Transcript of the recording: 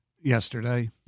yesterday